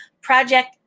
Project